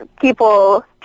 people